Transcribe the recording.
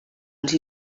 els